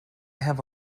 have